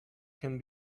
can